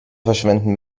verschwenden